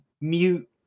mute